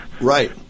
Right